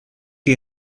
chi